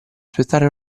aspettare